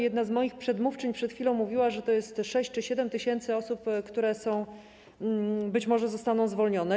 Jedna z moich przedmówczyń przed chwilą mówiła, że to jest 6 tys. czy 7 tys. osób, które być może zostaną zwolnione.